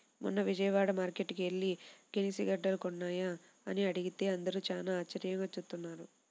మొన్న విజయవాడ మార్కేట్టుకి యెల్లి గెనిసిగెడ్డలున్నాయా అని అడిగితే అందరూ చానా ఆశ్చర్యంగా జూత్తన్నారు